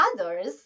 others